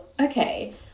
okay